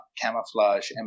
camouflage